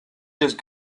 just